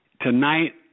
tonight